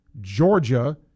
Georgia